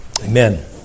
Amen